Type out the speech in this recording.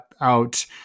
out